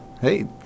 Hey